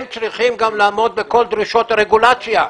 הם צריכים גם לעמוד בכל דרישות הרגולציה.